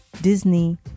Disney